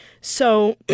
So-